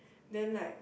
then like